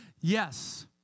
yes